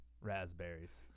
raspberries